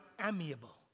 amiable